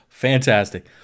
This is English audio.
Fantastic